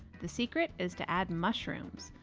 the secret is to add mushrooms!